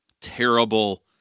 terrible